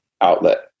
outlet